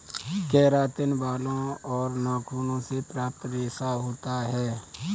keratin बालों और नाखूनों से प्राप्त रेशा होता है